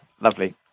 Lovely